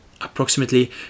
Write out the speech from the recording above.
Approximately